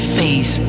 face